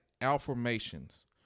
affirmations